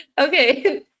Okay